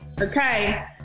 Okay